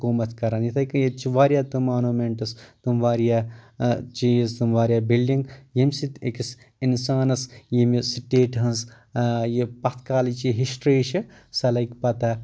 حکوٗمت کران یِتھٕے کٔنۍ ییٚتہِ چھِ واریاہ تِم مانومینٹٕس تِم واراہ چیٖز تِم واریاہ بِلڈنٛگ ییٚمہِ سۭتۍ أکِس انسانس ییٚمِس سٹیٹ ہنٛز یہِ پتھ کالٕچ یہِ ہسٹری چھِ سۄ لگہِ پتہ